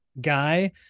guy